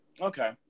okay